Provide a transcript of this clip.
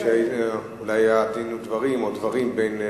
אולי היה דין ודברים ביניכם,